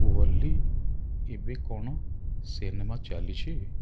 ଓଲି ଏବେ କ'ଣ ସିନେମା ଚାଲିଛି